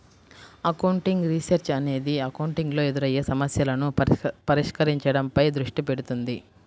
accounting research అనేది accounting లో ఎదురయ్యే సమస్యలను పరిష్కరించడంపై దృష్టి పెడుతుంది